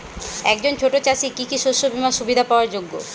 একজন ছোট চাষি কি কি শস্য বিমার সুবিধা পাওয়ার যোগ্য?